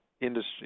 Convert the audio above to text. industry